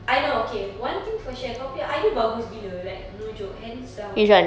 I know okay one thing for sure kau punya idea bagus gila like no joke and some